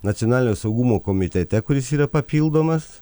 nacionalinio saugumo komitete kuris yra papildomas